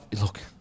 look